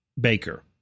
Baker